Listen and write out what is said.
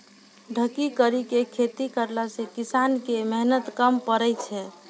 ढकी करी के खेती करला से किसान के मेहनत कम पड़ै छै